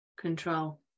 control